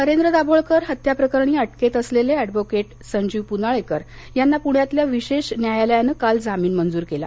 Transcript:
नरेंद्र दाभोलकर हत्याप्रकरणी अटकेत असलेले अद्द संजीव पुनाळेकर यांना पुण्यातल्या विशेष न्यायालयानं काल जामीन मंजूर केला